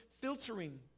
filtering